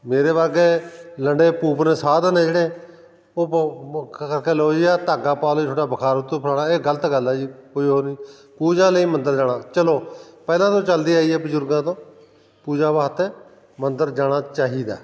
ਮੇਰੇ ਵਰਗੇ ਲੰਡੇ ਭੂਪ ਨੇ ਸਾਧ ਨੇ ਜਿਹੜੇ ਉਹ ਕ ਕ ਗੱਲ ਉਹ ਹੀ ਧਾਗਾ ਪਵਾ ਲਉ ਜੀ ਤੁਹਾਡਾ ਬੁਖਾਰ ਉਤਰੂ ਫਲਾਣਾ ਇਹ ਗਲਤ ਗੱਲ ਹੈ ਜੀ ਕੋਈ ਉਹ ਨਹੀਂ ਪੂਜਾ ਲਈ ਮੰਦਰ ਜਾਣਾ ਚਲੋ ਪਹਿਲਾਂ ਤੋਂ ਚੱਲਦੀ ਆਈ ਆ ਬਜ਼ੁਰਗਾਂ ਤੋਂ ਪੂਜਾ ਵਾਸਤੇ ਮੰਦਰ ਜਾਣਾ ਚਾਹੀਦਾ